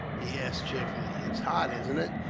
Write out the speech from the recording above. he asked cheerfully. it's hot, isn't it!